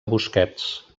busquets